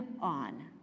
on